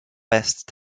best